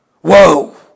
Whoa